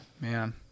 man